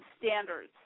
standards